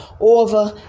over